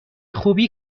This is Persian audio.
خوبی